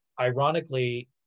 ironically